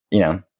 you know,